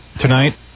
Tonight